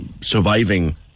surviving